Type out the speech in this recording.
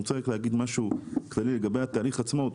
אני רוצה להגיד משהו כללי לגבי התהליך עצמו,